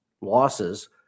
losses